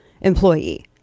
employee